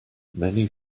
many